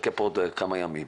אחכה כאן עוד כמה ימים'.